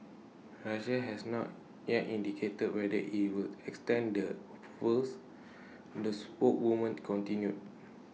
Russia has not yet indicated whether IT will extend the approvals the spokeswoman continued